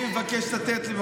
אני לא יכולה לשמוע את זה.